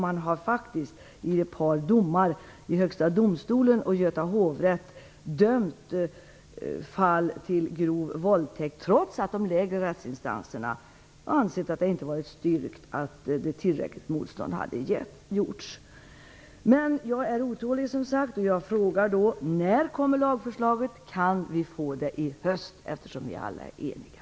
Man har faktiskt i ett par domar i Högsta domstolen och i Göta hovrätt dömt för grov våldtäkt trots att de lägre rättsinstanserna ansett att det inte varit styrkt att tillräckligt motstånd hade gjorts. Jag är som sagt otålig. När kommer lagförslaget? Kan vi få det i höst, eftersom vi alla är eniga?